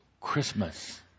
Christmas